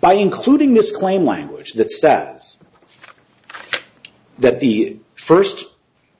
by including this claim language that status that the first